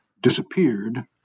disappeared